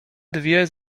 dwie